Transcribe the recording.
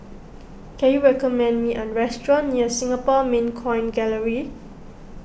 can you recommend me a restaurant near Singapore Mint Coin Gallery